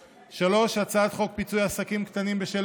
3. הצעת חוק פיצוי עסקים קטנים בשל